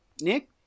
Nick